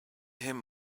him